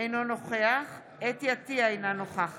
אינו נוכח חוה אתי עטייה, אינה נוכחת